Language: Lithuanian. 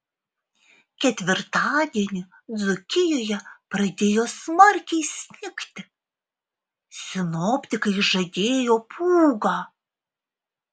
ketvirtadienį dzūkijoje pradėjo smarkiai snigti sinoptikai žadėjo pūgą